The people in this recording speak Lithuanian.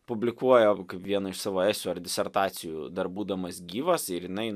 publikuoja kaip vieną iš savo esių ar disertacijų dar būdamas gyvas ir jinai